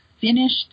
finished